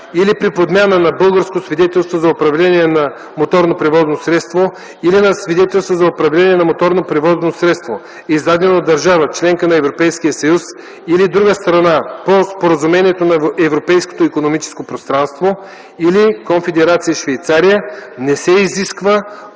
или при подмяна на българско свидетелство за управление на моторно превозно средство или на свидетелство за управление на моторно превозно средство, издадено от държава – членка на Европейския съюз, или друга страна по Споразумението на Европейското икономическо пространство, или Конфедерация Швейцария, не се изисква